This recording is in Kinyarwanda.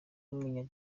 w’umunya